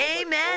Amen